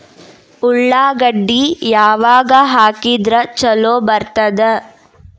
ಉಳ್ಳಾಗಡ್ಡಿ ಯಾವಾಗ ಹಾಕಿದ್ರ ಛಲೋ ಬರ್ತದ?